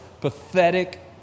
pathetic